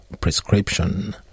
prescription